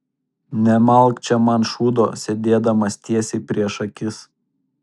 nemalk čia man šūdo sėdėdamas tiesiai prieš akis